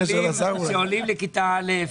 ארבל, שעולים לכיתה א',